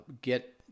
get